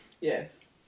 Yes